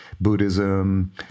buddhism